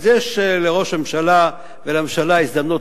אז יש לראש הממשלה ולממשלה הזדמנות